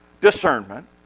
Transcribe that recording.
discernment